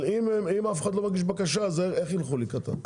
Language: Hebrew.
אם אף אחד לא מגיש בקשה איך יילכו לקראתם?